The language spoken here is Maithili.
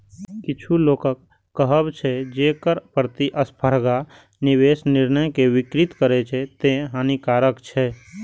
किछु लोकक कहब छै, जे कर प्रतिस्पर्धा निवेश निर्णय कें विकृत करै छै, तें हानिकारक छै